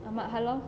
ahmad halau